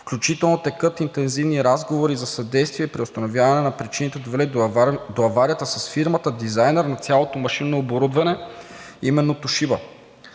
включително текат интензивни разговори за съдействие при установяване на причините, довели до аварията, с фирмата дизайнер на цялото машинно оборудване, а именно „Тошиба“.